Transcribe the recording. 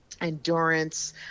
endurance